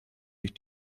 sich